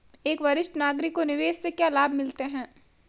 एक वरिष्ठ नागरिक को निवेश से क्या लाभ मिलते हैं?